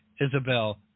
Isabel